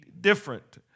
different